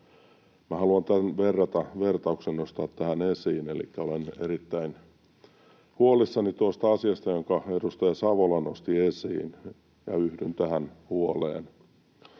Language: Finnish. haluan tämän vertauksen nostaa tähän esiin. Olen erittäin huolissani tuosta asiasta, jonka edustaja Savola nosti esiin, ja yhdyn tähän huoleen.